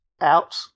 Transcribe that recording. out